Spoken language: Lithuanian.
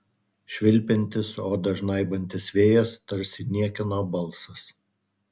švilpiantis odą žnaibantis vėjas tarsi niekieno balsas